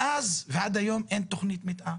מאז ועד היום אין תכנית מתאר.